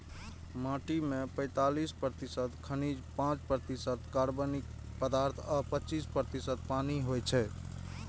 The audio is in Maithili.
माटि मे पैंतालीस प्रतिशत खनिज, पांच प्रतिशत कार्बनिक पदार्थ आ पच्चीस प्रतिशत पानि होइ छै